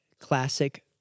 Classic